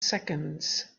seconds